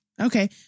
Okay